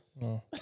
No